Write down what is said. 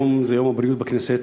היום זה יום הבריאות בכנסת,